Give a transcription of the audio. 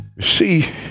see